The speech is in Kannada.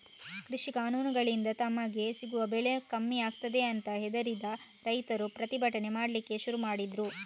ಕೃಷಿ ಕಾನೂನುಗಳಿಂದ ತಮಗೆ ಸಿಗುವ ಬೆಲೆ ಕಮ್ಮಿ ಆಗ್ತದೆ ಅಂತ ಹೆದರಿದ ರೈತರು ಪ್ರತಿಭಟನೆ ಮಾಡ್ಲಿಕ್ಕೆ ಶುರು ಮಾಡಿದ್ರು